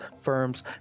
firms